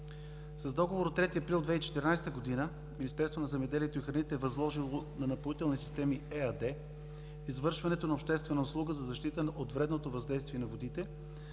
С договор от 3 април 2014 г. Министерството на земеделието и храните е възложило на „Напоителни системи“ ЕАД извършването на обществена услуга за защита от вредното въздействие на водите,